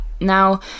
Now